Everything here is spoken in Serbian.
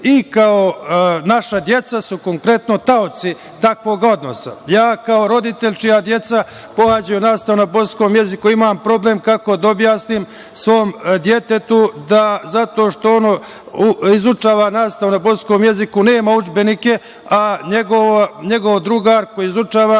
i kao naša deca su konkretno taoci takvog odnosa. Ja kao roditelj, čija deca pohađaju nastavu na bosanskom jeziku, imam problem kako da objasnim svom detetu da, zato što ono izučava nastavu na bosanskom jeziku, nema udžbenike, a njegov drugar koji izučava,